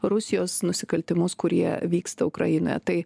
rusijos nusikaltimus kurie vyksta ukrainoje tai